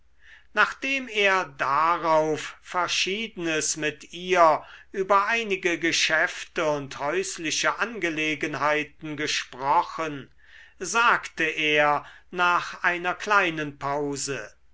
nachdem er darauf verschiedenes mit ihr über einige geschäfte und häusliche angelegenheiten gesprochen sagte er nach einer kleinen pause